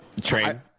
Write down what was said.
Train